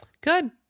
good